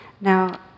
Now